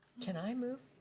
can i move?